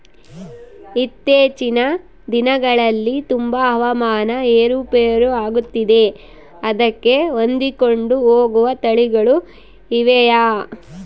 ಇತ್ತೇಚಿನ ದಿನಗಳಲ್ಲಿ ತುಂಬಾ ಹವಾಮಾನ ಏರು ಪೇರು ಆಗುತ್ತಿದೆ ಅದಕ್ಕೆ ಹೊಂದಿಕೊಂಡು ಹೋಗುವ ತಳಿಗಳು ಇವೆಯಾ?